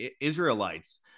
Israelites